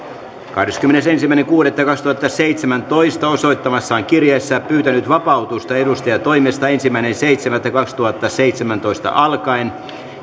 kahdeskymmenesensimmäinen kuudetta kaksituhattaseitsemäntoista osoittamassaan kirjeessä pyytänyt vapautusta edustajantoimesta ensimmäinen seitsemättä kaksituhattaseitsemäntoista alkaen